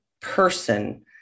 person